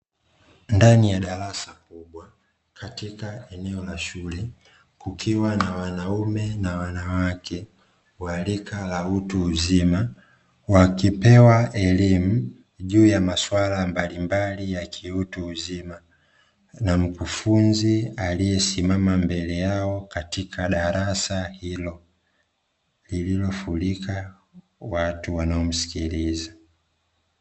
Ndani ya darasa kubwa katika eneno la shule, kukiwa na wanaume na wanawake wa lika la utu uzima, wakipewa elimu juu ya maswala mbalimbali ya utu uzima na mkufunzi aliye simama mbele yao katika darasa hilo, lililo furika watu wanao msikiliza.